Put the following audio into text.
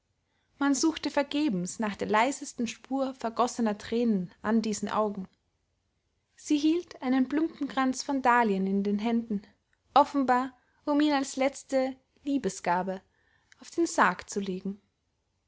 man suchte vergebens nach der leisesten spur vergossener thränen an diesen augen sie hielt einen plumpen kranz von dahlien in den händen offenbar um ihn als letzte liebesgabe auf den sarg zu legen